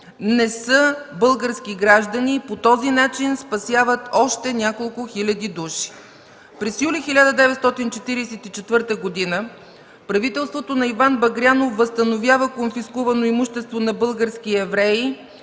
не са български граждани, и по този начин спасяват още няколко хиляди души. През юли 1944 г. правителството на Иван Багрянов възстановява конфискувано имущество на български евреи,